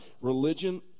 Religion